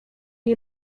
nie